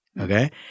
Okay